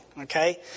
Okay